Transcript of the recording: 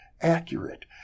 accurate